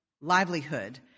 livelihood